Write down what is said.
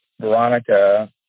Veronica